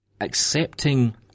accepting